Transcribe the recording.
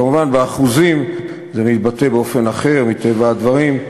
כמובן, באחוזים זה מתבטא באופן אחר, מטבע הדברים,